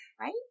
right